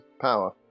power